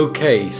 Okay